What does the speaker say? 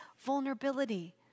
vulnerability